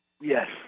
Yes